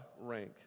rank